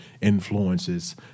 influences